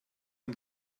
man